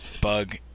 Bug